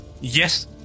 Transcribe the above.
Yes